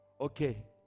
Okay